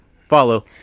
follow